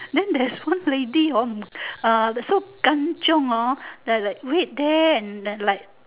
then there's one lady hor uh so kanchiong hor that like wait there and and like